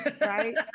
Right